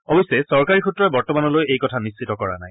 অৱশ্যে চৰকাৰী সূত্ৰই বৰ্তমানলৈ এই কথা নিশ্চিত কৰা নাই